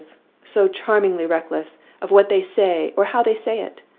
so charmingly reckless of what they say or how they say it!